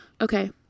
Okay